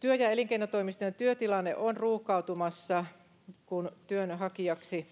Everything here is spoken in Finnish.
työ ja elinkeinotoimistojen työtilanne on ruuhkautumassa kun työnhakijaksi